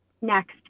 next